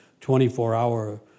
24-hour